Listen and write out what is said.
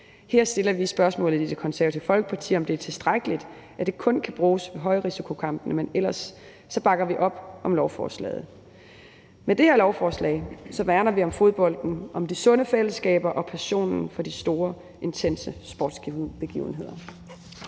Her stiller vi i Det Konservative Folkeparti spørgsmålet om, om det er tilstrækkeligt, at det kun kan bruges ved højrisikokampe, men ellers bakker vi op om forslaget. Med det her lovforslag værner vi om fodbolden og om de sunde fællesskaber og passionen for de store, intense sportsbegivenheder.